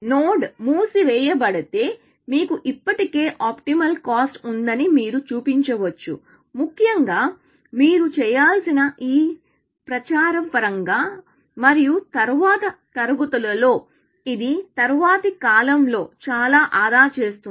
node మూసివేయబడితే మీకు ఇప్పటికే ఆప్టిమల్ కాస్ట్ ఉందని మీరు చూపించవచ్చు ముఖ్యంగా మీరు చేయాల్సిన ఈ ప్రచారం పరంగా మరియు తరువాత తరగతులలో ఇది తరువాతి కాలంలో చాలా ఆదా చేస్తుంది